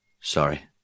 Sorry